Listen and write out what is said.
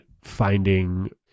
finding